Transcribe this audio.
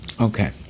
Okay